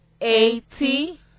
Eighty